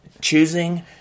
choosing